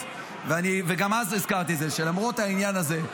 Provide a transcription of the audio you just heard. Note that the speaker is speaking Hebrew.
וגם אז הזכרתי את זה שלמרות העניין הזה,